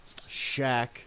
Shaq